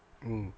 mm